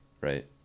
right